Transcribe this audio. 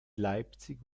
leipzig